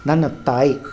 ನನ್ನ ತಾಯಿ